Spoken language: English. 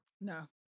No